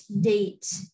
date